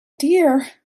dear